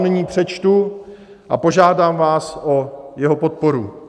Nyní ho přečtu a požádám vás o jeho podporu.